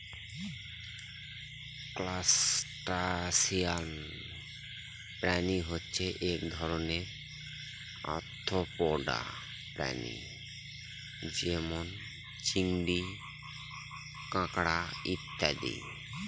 crustacean প্রাণী হচ্ছে এক ধরনের আর্থ্রোপোডা প্রাণী যেমন চিংড়ি, কাঁকড়া ইত্যাদি